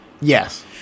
Yes